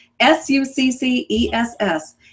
S-U-C-C-E-S-S